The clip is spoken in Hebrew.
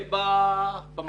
לטפל במצב הזה?